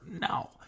No